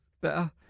better